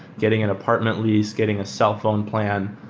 getting an apartment lease, getting a cell phone plan.